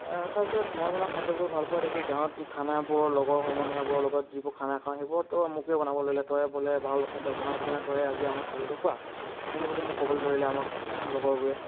তাৰ পিছত মই বনোৱা খাদ্যবোৰ ভাল পোৱা দেখি গাঁৱত খানাবোৰৰ লগৰ সমনীয়াবোৰৰ লগত যিবোৰ খানা খাওঁ সেইবোৰতো মোকে বনাবলৈ দিলে তয়েই বোলে ভাল খাদ্য বনাও সেইটো কাৰণে তয়েই আজি আমাৰ খাদ্যটো খুওৱা তেনেকৈ বুলি মোক ক'বলৈ ধৰিলে আমাৰ লগৰবোৰে